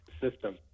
system